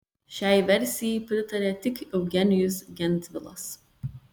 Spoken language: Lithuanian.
šiai versijai pritarė tik eugenijus gentvilas